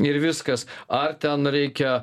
ir viskas ar ten reikia